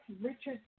Richard